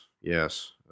yes